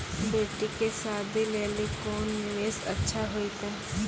बेटी के शादी लेली कोंन निवेश अच्छा होइतै?